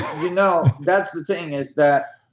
you know that's the thing is that